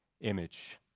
image